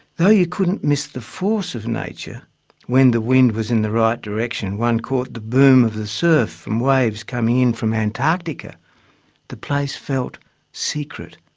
though you couldn't miss the force of nature when the wind was in the right direction one caught the boom of the surf from waves coming in from antarctica the place felt secret,